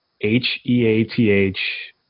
h-e-a-t-h